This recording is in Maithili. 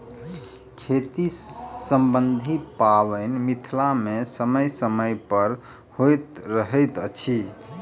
खेती सम्बन्धी पाबैन मिथिला मे समय समय पर होइत रहैत अछि